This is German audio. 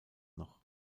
noch